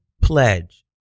pledge